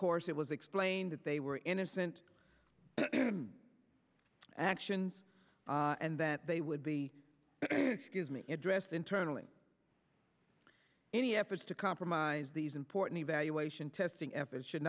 course it was explained that they were innocent actions and that they would be addressed internally any efforts to compromise these important evaluation testing f it should